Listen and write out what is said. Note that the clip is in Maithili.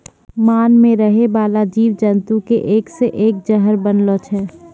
मान मे रहै बाला जिव जन्तु के एक से एक जहर बनलो छै